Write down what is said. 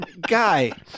guy